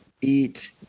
eat